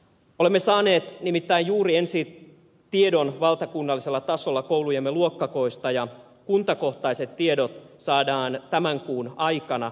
olemme saaneet nimittäin juuri ensi tiedon valtakunnallisella tasolla koulujemme luokkako oista ja kuntakohtaiset tiedot saadaan tämän kuun aikana